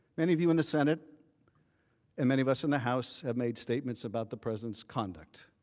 many of you in the senate and many of us in the house have made statements about the president's conduct.